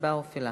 ההצבעה מתחילה.